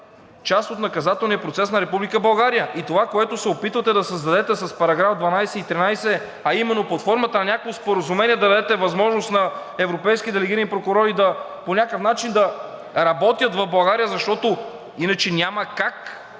част от наказателния процес на Република България. Това, което се опитвате да създадете с § 12 и § 13, а именно под формата на някакво споразумение да дадете възможност на европейски делегирани прокурори по някакъв начин да работят в България, защото иначе няма как